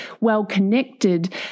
well-connected